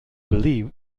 believe